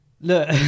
Look